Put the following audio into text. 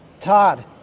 Todd